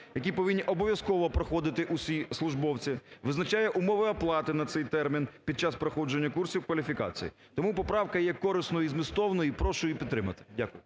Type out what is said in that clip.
які повинні обов'язково проходити усі службовці, визначає умови оплати на цей термін під, час проходження курсів кваліфікації. Тому поправка є корисною і змістовною, і прошу її підтримати. Дякую.